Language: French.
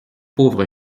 pauvre